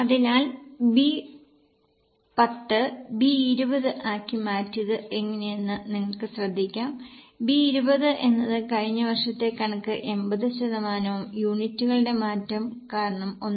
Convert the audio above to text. അതിനാൽ B 10 B 20 ആക്കി മാറ്റിയത് എങ്ങനെയെന്ന് നിങ്ങൾക്ക് ശ്രദ്ധിക്കാം B 20 എന്നത് കഴിഞ്ഞ വർഷത്തെ കണക്ക് 80 ശതമാനവും യൂണിറ്റുകളുടെ മാറ്റം കാരണം 1